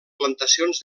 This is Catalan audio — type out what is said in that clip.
plantacions